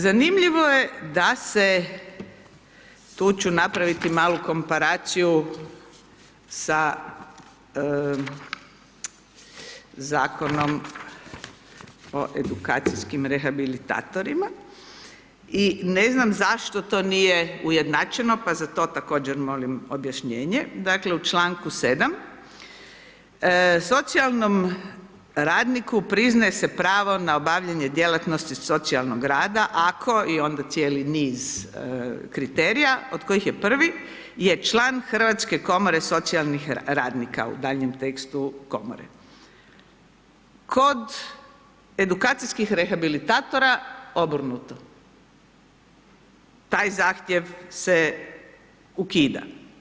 Zanimljivo je da se, tu ću napraviti malu komparaciju sa Zakonom o edukacijskih rehabilitatorima, i ne znam zašto to nije ujednačeno, pa za to također molim objašnjenje, dakle u članku 7. socijalnom radniku priznaje se pravo na obavljanje djelatnosti socijalnog rada ako, i onda cijeli niz kriterija, od kojih je prvi, je član Hrvatske komore socijalnih radnika, u daljnjem tekstu Komore, kod edukacijskih rehabilitatora, obrnuto, taj zahtjev se ukida.